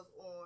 on